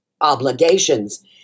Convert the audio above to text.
obligations